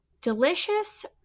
delicious